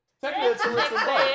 Technically